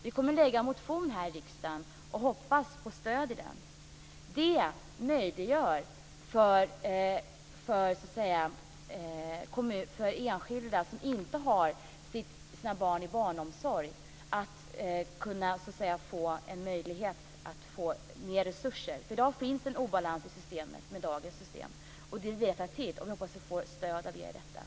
Vi kommer att väcka en motion om detta här i riksdagen och hoppas få stöd för den. Det skulle göra det möjligt för enskilda som inte har sina barn i barnomsorg att få större resurser. Det finns i dagens system en obalans som vi vill rätta till. Vi hoppas att få stöd från er med detta.